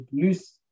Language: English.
plus